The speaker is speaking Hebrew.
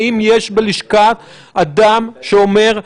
האם יש בלשכה אדם שאומר,